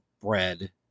bread